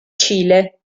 cile